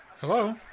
Hello